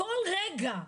כל רגע.